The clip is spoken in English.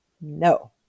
No